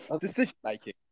Decision-making